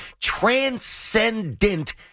transcendent